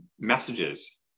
messages